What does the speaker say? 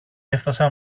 έφθασαν